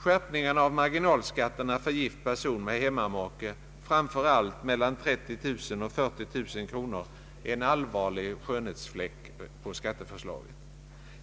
Skärpningen av marginalskatterna för gift person med hemmamake, framför allt för dem med en inkomst mellan 30 000 och 40 000 kronor, är en allvarlig skönhetsfläck på skatteförslaget.